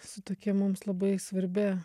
su tokia mums labai svarbia